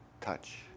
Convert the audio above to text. touch